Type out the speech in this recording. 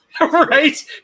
Right